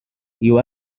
you